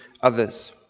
others